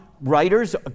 Writers